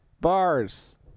Bars